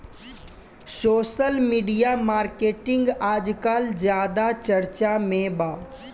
social media marketing आजकल ज्यादा चर्चा में बा